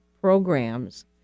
programs